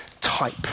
type